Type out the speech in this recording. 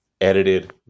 edited